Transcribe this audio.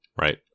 Right